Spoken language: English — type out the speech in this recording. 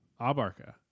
Abarka